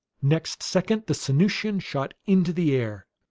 next second the sanusian shot into the air.